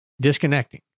disconnecting